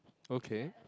okay